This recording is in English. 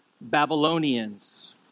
Babylonians